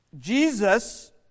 Jesus